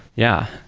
yeah.